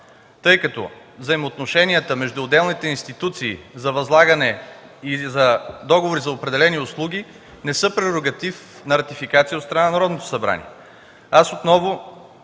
Тъй като взаимоотношенията между отделните институции за възлагане или за договори за определени услуги не са прерогатив на ратификация от страна на Народното събрание.